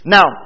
Now